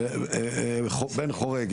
בן חורג,